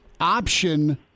option